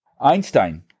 Einstein